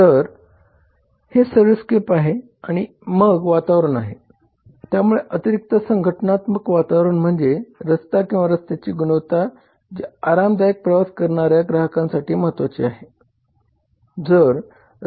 तर हे सर्व्हिसस्केप आहे आणि मग वातावरण आहे त्यामुळे अतिरिक्त संघटनात्मक वातावरण म्हणजे रस्ता किंवा रस्त्याची गुणवत्ता जी आरामदायक प्रवास करणाऱ्या ग्राहकांसाठी महत्त्वाची आहे